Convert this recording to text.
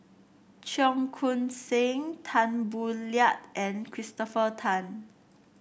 Cheong Koon Seng Tan Boo Liat and Christopher Tan